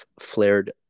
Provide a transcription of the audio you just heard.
flared